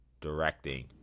directing